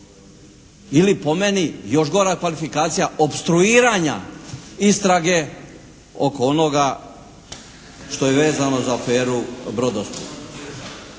ili po meni još gora kvalifikacija opstruiranja istrage oko onoga što je vezano za aferu "BrodoSplit".